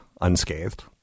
unscathed